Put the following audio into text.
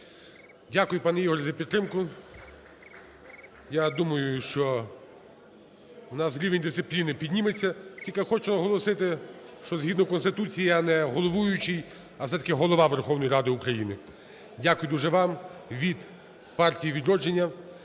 Дякую, пане Ігор, за підтримку. Я думаю, що у нас рівень дисципліни підніметься. Тільки хочу оголосити, що згідно Конституції я не головуючий, а все-таки Голова Верховної Ради України. Дякую дуже вам. Від партії "Відродження"